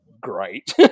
great